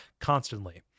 constantly